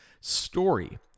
Story